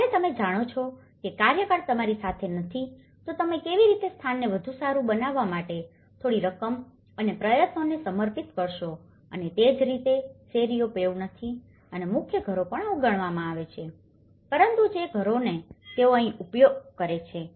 જ્યારે તમે જાણો છો કે કાર્યકાળ તમારી સાથે નથી તો તમે કેવી રીતે તે સ્થાનને વધુ સારું બનાવવા માટે થોડી રકમ અને પ્રયત્નોને સમર્પિત કરશો અને તે જ રીતે શેરીઓ પેવ્ડ નથી અને મુખ્ય ઘરો પણ અવગણવામાં આવ્યા છે અને પરંતુ જે ઘરોનો તેઓ અહીં ઉપયોગ કરે છે